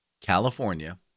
California